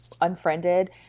unfriended